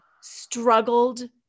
struggled